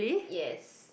yes